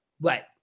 Right